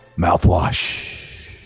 Mouthwash